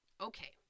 Okay